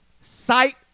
Sight